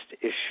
issue